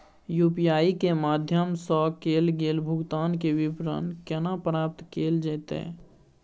UPI के माध्यम सं कैल गेल भुगतान, के विवरण केना प्राप्त कैल जेतै?